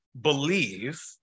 believe